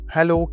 Hello